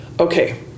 Okay